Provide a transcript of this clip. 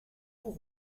vous